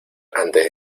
antes